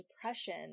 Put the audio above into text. depression